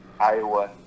Iowa